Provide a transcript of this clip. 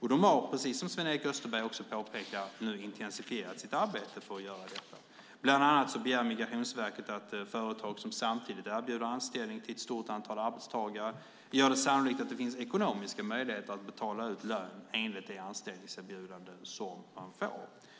Verket har, precis som Sven-Erik Österberg påpekar, intensifierat sitt arbete för att göra detta. Bland annat begär Migrationsverket att företag som erbjuder anställning samtidigt till ett stort antal arbetstagare gör det sannolikt att det finns ekonomiska möjligheter att betala ut lön enligt anställningserbjudandet.